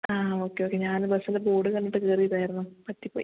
okay okay ഞാൻ ബസ്സിൻ്റെ board കണ്ടിട്ട് കയറീതായിരുന്നു പറ്റിപ്പോയി